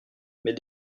mes